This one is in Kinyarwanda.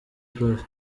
prof